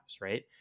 right